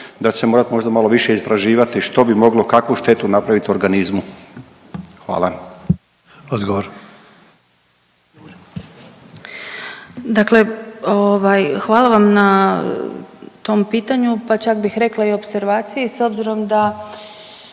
da će se morati možda malo više istraživati što bi moglo kakvu štetu napraviti organizmu. Hvala. **Sanader, Ante (HDZ)** Odgovor. **Bubaš, Marija** Dakle, hvala vam na tom pitanju pa čak bih rekla i opservaciji s obzirom da